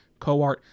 Coart